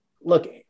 Look